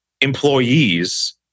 employees